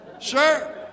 Sure